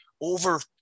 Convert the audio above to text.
over